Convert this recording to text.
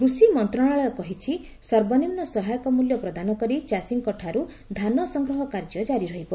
କୃଷି ମନ୍ତ୍ରଣାଳୟ କହିଛି ସର୍ବନିମ୍ନ ସହାୟକ ମୂଲ୍ୟ ପ୍ରଦାନ କରି ଚାଷୀଙ୍କଠାରୁ ଧାନସଂଗ୍ରହ କାର୍ଯ୍ୟ ଜାରି ରହିବ